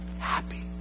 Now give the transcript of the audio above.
happy